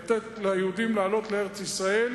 לתת ליהודים לעלות לארץ-ישראל,